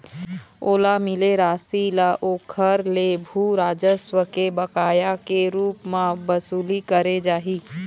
ओला मिले रासि ल ओखर ले भू राजस्व के बकाया के रुप म बसूली करे जाही